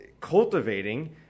cultivating